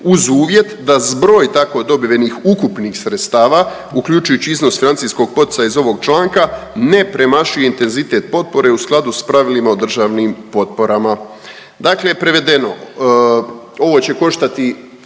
uz uvjet da zbroj tako dobivenih ukupnih sredstava uključujući iznos financijskog poticaja iz ovog članka ne premašuje intenzitet potpore u skladu s pravilima o državnim potporama.“ Dakle, prevedeno ovo će koštati